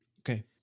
Okay